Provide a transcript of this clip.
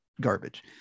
garbage